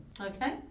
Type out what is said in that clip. Okay